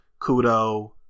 Kudo